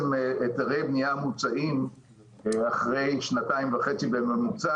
שהיתרי בנייה מוצאים אחרי שנתיים וחצי בממוצע.